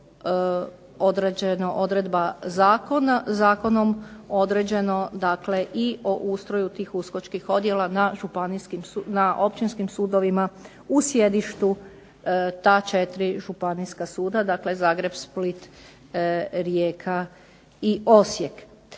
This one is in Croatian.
određeno odredba zakona, zakonom određeno. Dakle, i o ustroju tih uskočkih odjela na Općinskim sudovima u sjedištu ta četiri Županijska suda. Dakle, Zagreb, Split, Rijeka i Osijek.